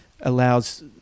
allows